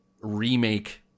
remake